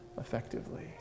effectively